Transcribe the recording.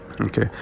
Okay